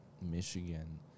Michigan